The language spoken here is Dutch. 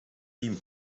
team